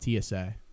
TSA